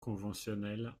conventionnel